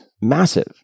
massive